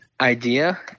idea